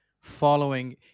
following